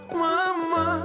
mama